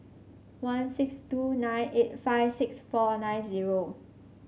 one six two nine eight five six four nine zero